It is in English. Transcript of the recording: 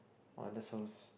!wah! that's so